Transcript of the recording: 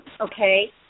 okay